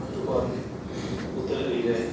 ᱟᱛᱳ ᱠᱷᱚᱱ ᱩᱛᱛᱚᱨ ᱟᱲᱮ ᱨᱮ